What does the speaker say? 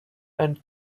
and